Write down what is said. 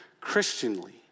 Christianly